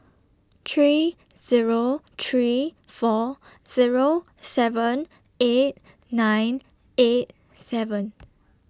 three Zero three four Zero seven eight nine eight seven